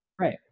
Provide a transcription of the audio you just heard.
Right